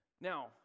Now